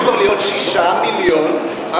היו אמורים כבר להיות 6 מיליון ערבים.